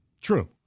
True